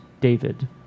David